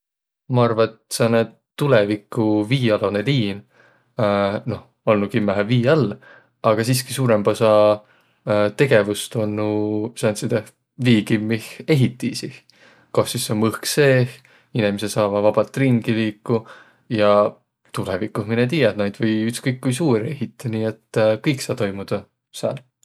Ma arva, et sääne tulõviku viialonõ liin noh olnuq kimmähe vii all, aga siski suurõmb osa tegevüst olnuq sääntsideh viikimmih ehitiisih, koh sis om õhk seeh ja inemiseq saavaq vabalt ringi liikuq. Ja tulõviguh, mineq tiiäq, naid saa ütskõik, ku suuri ehitäq, nii et kõik saa toimudaq sääl.